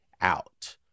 out